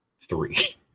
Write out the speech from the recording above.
three